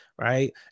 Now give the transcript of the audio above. right